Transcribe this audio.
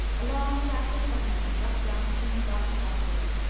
a long shaft of sunlight struck down between the gothic rafters,